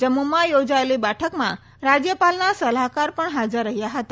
જમ્મુમાં યોજાયેલી બેઠકમાં રાજ્યપાલના સલાહકાર પણ હાજર રહ્યા હતા